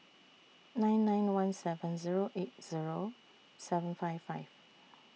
nine nine one seven Zero eight Zero seven five five